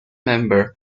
member